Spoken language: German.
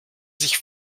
sich